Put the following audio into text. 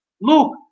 look